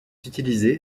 utilisé